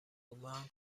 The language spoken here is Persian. بود، ماهم